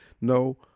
No